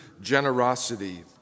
generosity